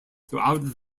throughout